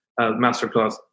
masterclass